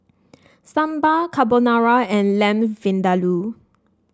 Sambar Carbonara and Lamb Vindaloo